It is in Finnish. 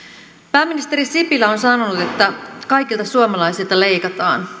pääministeri sipilä on sanonut että kaikilta suomalaisilta leikataan